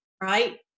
right